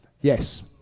Yes